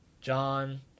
John